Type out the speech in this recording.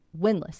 winless